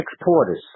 exporters